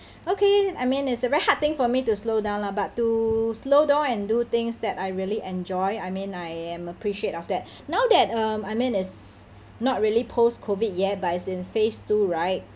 okay I mean it's a very hard thing for me to slow down lah but to slow down and do things that I really enjoy I mean I am appreciate of that now that uh I mean it's not really post-COVID yet but it's in phase two right